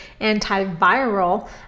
antiviral